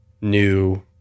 new